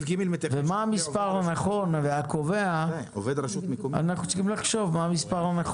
מה המספר הנכון והקובע, אנחנו צריכים לחשוב עליו.